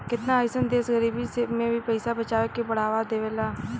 केतना अइसन देश गरीबी में भी पइसा बचावे के बढ़ावा देवेला